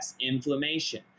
inflammation